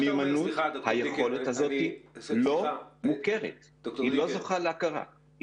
המיומנות והיכולת האלו לא זוכות להכרה,